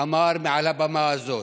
אמר מעל הבמה הזאת.